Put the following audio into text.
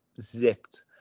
zipped